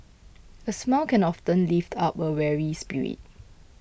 a smile can often lift up a weary spirit